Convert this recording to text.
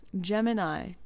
gemini